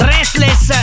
Restless